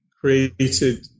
created